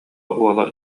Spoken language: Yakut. уола